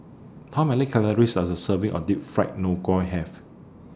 How Many Calories Does A Serving of Deep Fried Have